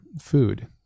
food